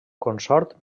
consort